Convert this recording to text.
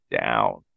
down